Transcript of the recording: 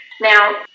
Now